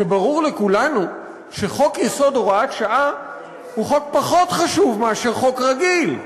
שברור לכולנו שחוק-יסוד (הוראת שעה) הוא חוק פחות חשוב מאשר חוק רגיל.